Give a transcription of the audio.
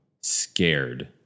scared